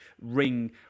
ring